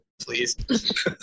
please